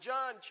John